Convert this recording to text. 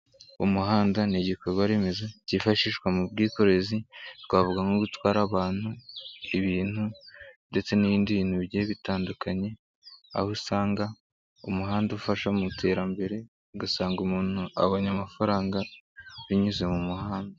Umuhanda ni igikorwaremezo cyifashishwa mu bwikorezi, twavuga nko gutwara abantu, ibintu ndetse n'ibindi bintu bigiye bitandukanye, aho usanga umuhanda ufasha mu iterambere, ugasanga umuntu abonye amafaranga, binyuze mu muhanda.